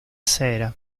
sera